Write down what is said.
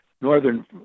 northern